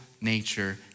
nature